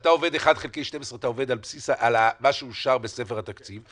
כשאתה עובד 1/12 אתה עובד על בסיס מה שאושר בספר התקציב.